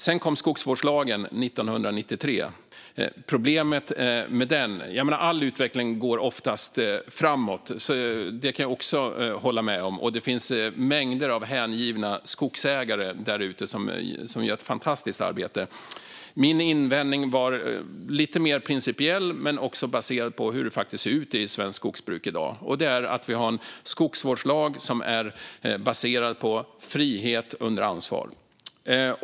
Sedan kom skogsvårdslagen 1993. All utveckling går oftast framåt; det kan jag också hålla med om. Det finns mängder av hängivna skogsägare där ute som gör ett fantastiskt arbete. Min invändning var lite mer principiell men också baserad på hur det faktiskt ser ut i svenskt skogsbruk i dag, och det är att vi har en skogsvårdslag som är baserad på frihet under ansvar.